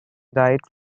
died